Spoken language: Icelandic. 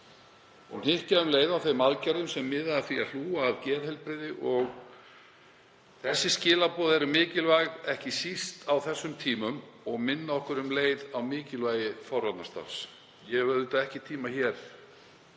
hnykkja á þeim aðgerðum sem miða að því að hlúa að geðheilbrigði. Þessi skilaboð eru mikilvæg, ekki síst á þessum tímum og minna okkur um leið á mikilvægi forvarnastarfs. Ég hef auðvitað ekki tíma hér,